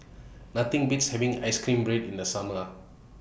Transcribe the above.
Nothing Beats having Ice Cream Bread in The Summer